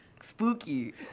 spooky